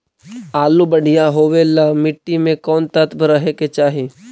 आलु बढ़िया होबे ल मट्टी में कोन तत्त्व रहे के चाही?